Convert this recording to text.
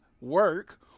work